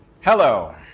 Hello